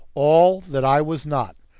all that i was not,